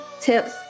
tips